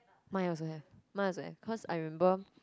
mine also have mine also have because I remember